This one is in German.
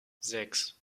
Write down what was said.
sechs